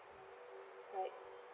like